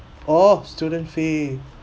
oh student fee